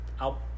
Out